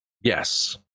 yes